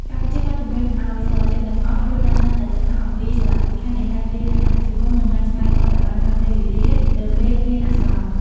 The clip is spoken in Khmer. កម្ពុជាបានជំរុញឱ្យសមាជិកទាំងអស់យល់ដឹងកាន់តែច្បាស់អំពីសារៈសំខាន់នៃការត្រៀមលក្ខណៈជាមុន និងការឆ្លើយតបឱ្យបានទាន់ពេលវេលានៅពេលមានអាសន្ន។